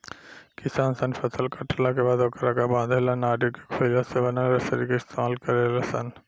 किसान सन फसल काटला के बाद ओकरा के बांधे ला नरियर के खोइया से बनल रसरी के इस्तमाल करेले सन